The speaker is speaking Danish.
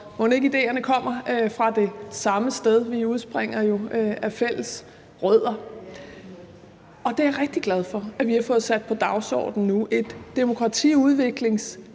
og mon ikke idéerne kommer fra det samme sted? Vi udspringer jo af fælles rødder, og jeg er rigtig glad for, at vi har fået sat det på dagsordenen nu, nemlig et demokratiudviklingskontor